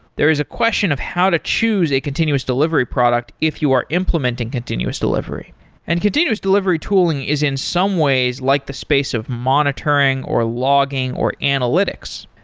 there is a question of how to choose a continuous delivery product if you are implementing continuous delivery and continuous delivery tooling is in some ways like the space of monitoring, or logging, or analytics,